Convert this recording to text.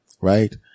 right